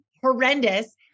horrendous